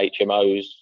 HMOs